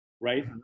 right